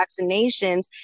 vaccinations